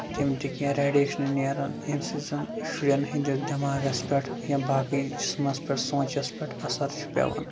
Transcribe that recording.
تِم تہِ کیٚنٛہہ ریڈیشنہٕ نیران ییٚمہِ سۭتۍ زَن شُرین ہِندین دٮ۪ماغَس پٮ۪ٹھ یا باقٕے جِسمَس پٮ۪ٹھ سونچَس پٮ۪ٹھ اَثر چھُ پیوان